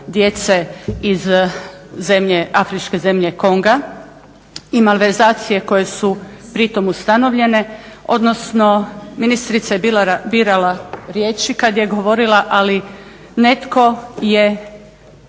djece iz afričke zemlje Konga i malverzacije koje su pritom ustanovljene, odnosno ministrica je birala riječi kad je govorila, ali netko je